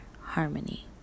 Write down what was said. harmony